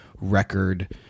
record